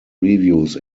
reviews